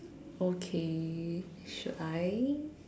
okay should I